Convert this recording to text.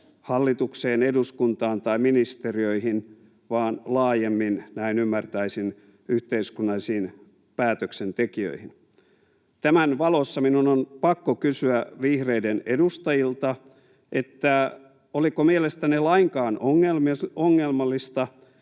hallitukseen, eduskuntaan tai ministeriöihin vaan laajemmin — näin ymmärtäisin — yhteiskunnallisiin päätöksentekijöihin. Tämän valossa minun on pakko kysyä vihreiden edustajilta, oliko mielestänne lainkaan ongelmallista